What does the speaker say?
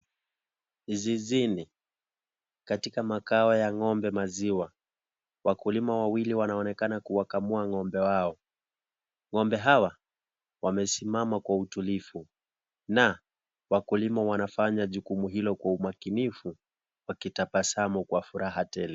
Ni zizini, katika makao ya ngombe maziwa, wakulima wawili wanaonekana kuwakamua ngombe wawo. Ngombe hawa, wamesimama kwa utulivu, na wakulima wanafanya jukumu hilo kwa umakinifu wakitabasamu kwa furaha tele.